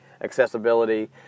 accessibility